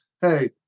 hey